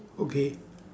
okay